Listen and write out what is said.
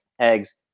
eggs